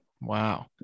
Wow